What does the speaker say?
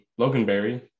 Loganberry